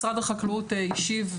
משרד החקלאות השיב,